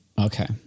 Okay